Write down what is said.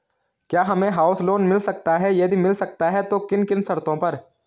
क्या हमें house loan मिल सकता है यदि मिल सकता है तो किन किन शर्तों पर?